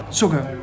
sugar